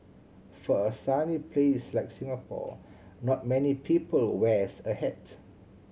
for a sunny place like Singapore not many people wear a hat